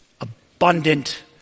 abundant